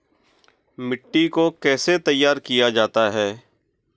मिट्टी को कैसे तैयार किया जाता है?